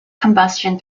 combustion